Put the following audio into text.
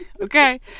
okay